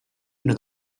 into